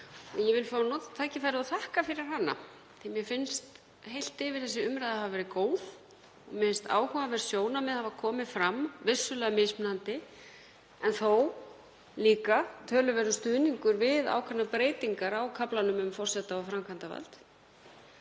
og mikilvægt, og þakka fyrir hana. Mér finnst heilt yfir þessi umræða hafa verið góð. Mér finnst áhugaverð sjónarmið hafa komið fram, vissulega mismunandi, en þó líka töluverður stuðningur við ákveðnar breytingar á kaflanum um forseta og framkvæmdarvald.